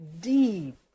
deep